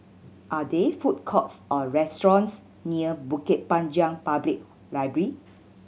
are there food courts or restaurants near Bukit Panjang Public Library